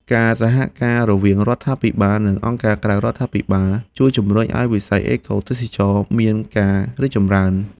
ការសហការរវាងរដ្ឋាភិបាល និងអង្គការក្រៅរដ្ឋាភិបាលជួយជម្រុញឱ្យវិស័យអេកូទេសចរណ៍មានការរីកចម្រើន។